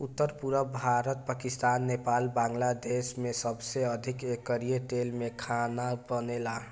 उत्तर, पुरब भारत, पाकिस्तान, नेपाल, बांग्लादेश में सबसे अधिका एकरी तेल में खाना बनेला